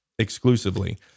exclusively